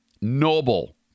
noble